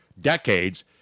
decades